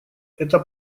это